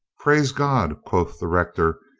praise god, quoth the rector,